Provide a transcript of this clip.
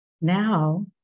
Now